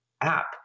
app